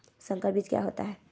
संकर बीज क्या होता है?